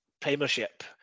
Premiership